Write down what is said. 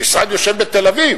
המשרד יושב בתל-אביב,